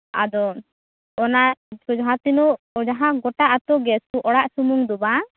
ᱟᱫᱚ ᱚᱱᱟ ᱠᱚ ᱡᱟᱦᱟᱸ ᱛᱤᱱᱟᱹᱜ ᱡᱟᱦᱟᱸ ᱜᱚᱴᱟ ᱟᱛᱳᱜᱮ ᱥᱩᱫᱩ ᱚᱲᱟᱜ ᱥᱩᱢᱩᱝ ᱫᱚ ᱵᱟᱝ